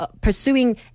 pursuing